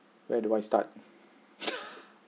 where do I start